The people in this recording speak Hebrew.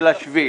של השביל?